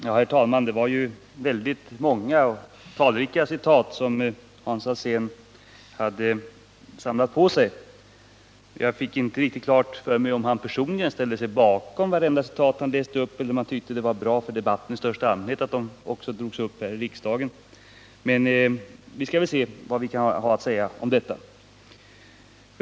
Herr talman! Det var väldigt många citat som Hans Alsén hade samlat på sig. Jag fick inte riktigt klart för mig om han ställde sig bakom vartenda citat som han läste upp eller om han tyckte det var bra för debatten i allmänhet att de också drogs upp här i riksdagen. Men vi skall väl se vad vi kan ha att säga om detta.